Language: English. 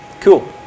Cool